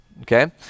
okay